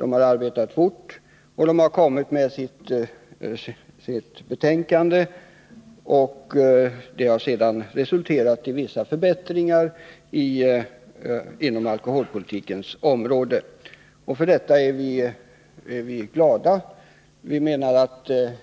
Arbetet har gått fort, och man har nu kommit med ett betänkande med förslag om vissa förbättringar på alkoholpolitikens område. För detta är vi glada.